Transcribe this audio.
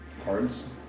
Cards